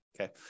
Okay